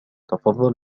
تفضل